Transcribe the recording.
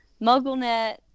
MuggleNet